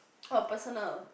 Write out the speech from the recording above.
oh personal